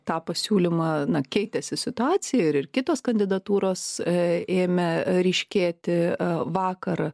tą pasiūlymą na keitėsi situacija ir kitos kandidatūros ėmė ryškėti vakar